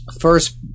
First